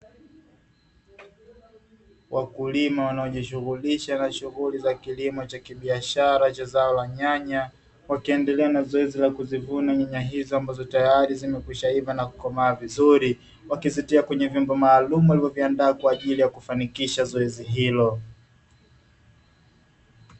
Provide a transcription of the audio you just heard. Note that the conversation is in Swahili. Wakulima wanaojishughulisha na shughuli za kilimo cha kibiashara cha zao la nyanya, wakiendelea na zoezi la kuzivuna nyanya hizo ambazo tayari zimekwishaiva na kukomaa vizuri, wakizitia katika vyombo maalumu walivoviandaa kufanikisha zoezi hilo.